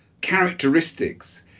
characteristics